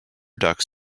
ducks